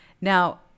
Now